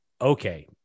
okay